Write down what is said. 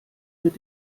mit